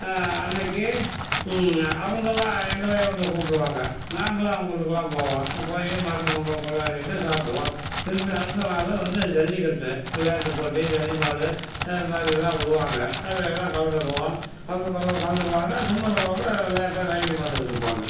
அன்னைக்கு அவங்கெல்லாம் எங்களையும் வந்து கூப்பிடுவாங்க நாங்களும் அவங்க வீட்டுக்குலாம் போவோம் போய் மாட்டு பொங்கல் கொண்டாடிவிட்டு சாப்பிடுவோம் திருப்பி அடுத்த நாள் வந்து ஜல்லிக்கட்டு விளையாட்டு போட்டி ஜல்லி மாடு அது மாதிரி எல்லாம் விடுவாங்க அதில் எல்லாம் கலந்துக்குவோம் கலந்துக்கிறவங்க கலந்துக்குவாங்க சும்மா இருக்கிறவங்க விளையாட்டை வேடிக்கை பார்த்துக்கிட்ருப்பாங்க